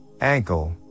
ankle